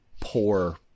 poor